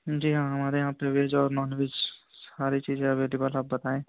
جی ہاں ہمارے یہاں پہ ویج اور نان ویج ساری چیزیں اویلیبل ہیں آپ بتائیں